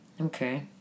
Okay